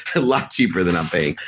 a lot cheaper than i'm paying.